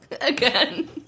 Again